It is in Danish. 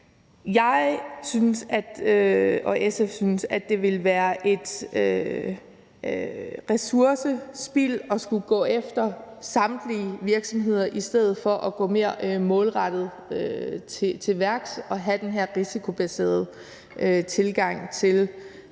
Jeg og SF synes, at det ville være et ressourcespild at skulle gå efter samtlige virksomheder i stedet for at gå mere målrettet til værks og have den her risikobaserede tilgang til de